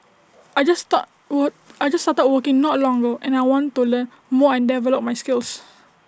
I just start I just started working not long ago and I want to learn more and develop my skills